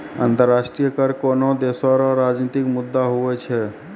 अंतर्राष्ट्रीय कर कोनोह देसो रो राजनितिक मुद्दा हुवै छै